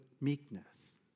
meekness